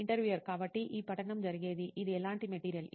interviewer కాబట్టి ఈ పఠనం జరిగేది ఇది ఎలాంటి మెటీరియల్